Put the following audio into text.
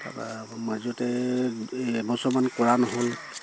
তাৰ পৰা আকৌ মাজতে এবছৰমান কৰা নহ'ল